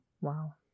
Wow